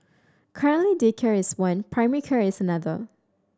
currently daycare is one primary care is another